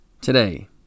today